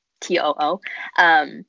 T-O-O